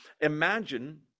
Imagine